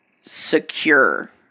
secure